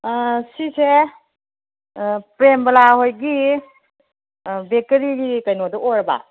ꯁꯤꯁꯦ ꯄ꯭ꯔꯦꯝꯕꯂꯥ ꯍꯣꯏꯒꯤ ꯕꯦꯀꯔꯤꯒꯤ ꯀꯩꯅꯣꯗꯣ ꯑꯣꯏꯔꯕ